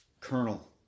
Colonel